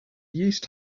used